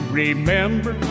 remember